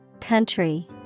country